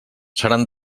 seran